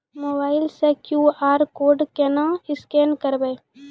Mobile से QR code केना scan करबै?